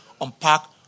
unpack